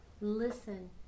listen